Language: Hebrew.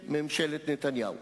והיה ראש הממשלה לשעבר,